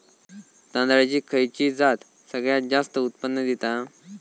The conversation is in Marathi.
तांदळाची खयची जात सगळयात जास्त उत्पन्न दिता?